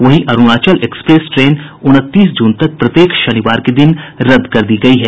वहीं Arunachal express train उनतीस जून तक प्रत्येक शनिवार के दिन रद्द कर दी गई है